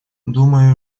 думаю